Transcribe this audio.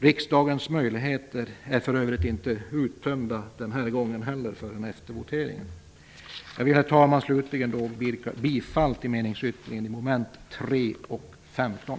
Riksdagens möjligheter är för övrigt inte uttömda den här gången heller förrän efter voteringen. Jag vill, herr talman, slutligen yrka bifall till meningsyttringen i mom. 3 och 15.